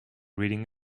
reading